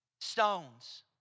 stones